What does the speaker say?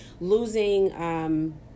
Losing